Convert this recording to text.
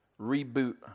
reboot